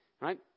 Right